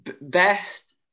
best